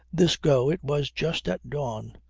this go it was just at dawn.